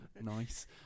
Nice